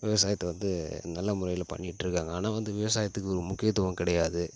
விவசாயத்தை வந்து நல்ல முறையில் பண்ணிட்டுருக்காங்க ஆனால் வந்து விவசாயத்துக்கு ஒரு முக்கியத்துவம் கிடையாது